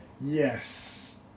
yes